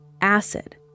acid